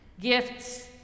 Gifts